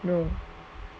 no